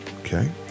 Okay